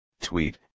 tweet